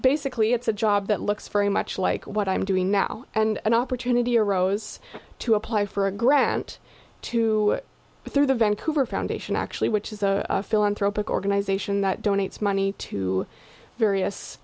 basically it's a job that looks very much like what i'm doing now and an opportunity arose to apply for a grant to through the vancouver foundation actually which is a philanthropic organization that donates money to various